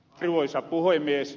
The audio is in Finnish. arvoisa puhemies